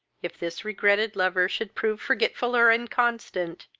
if this regretted lover should prove forgetful or inconstant,